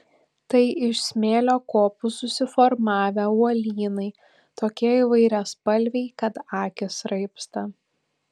tai iš smėlio kopų susiformavę uolynai tokie įvairiaspalviai kad akys raibsta